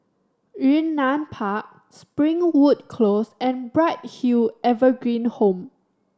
Yunnan Park Springwood Close and Bright Hill Evergreen Home